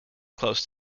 close